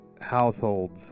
households